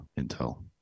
intel